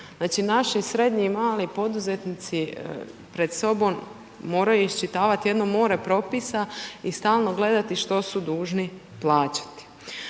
Znači naši srednji i mali poduzetnici pred sobom moraju iščitavat jedno more propisa i stalno gledati što su dužni plaćati.